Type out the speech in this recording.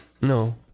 No